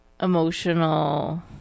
emotional